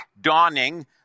dawning